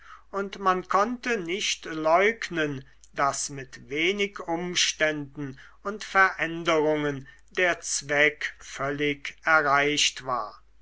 und man konnte nicht leugnen daß mit wenig umständen und veränderungen der zweck völlig erreicht war